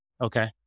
Okay